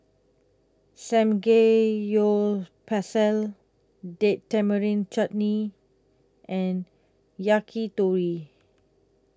Samgeyopsal Date Tamarind Chutney and Yakitori